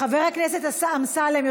חבר הכנסת אמסלם,